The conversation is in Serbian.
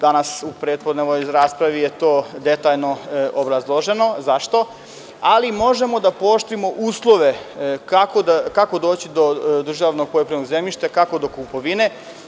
Danas u prethodnoj raspravi je to detaljno obrazloženo zašto, ali možemo da pooštrimo uslove kako doći do državnog poljoprivrednog zemljišta, kako do kupovine.